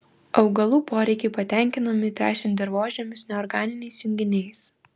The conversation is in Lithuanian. augalų poreikiai patenkinami tręšiant dirvožemius neorganiniais junginiais